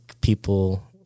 people